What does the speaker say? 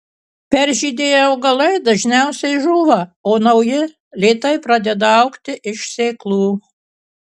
peržydėję augalai dažniausiai žūva o nauji lėtai pradeda augti iš sėklų